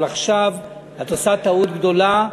אבל עכשיו את עושה טעות גדולה,